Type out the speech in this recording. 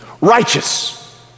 righteous